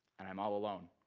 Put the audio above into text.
and i'm all alone.